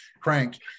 crank